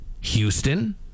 Houston